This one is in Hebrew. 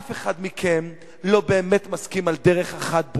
אף אחד מכם לא באמת מסכים על דרך אחת ברורה.